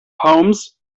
homes